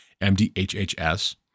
MDHHS